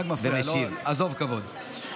רק מפריע, עזוב כבוד.